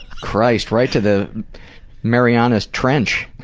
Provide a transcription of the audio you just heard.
christ, right to the mariana's trench!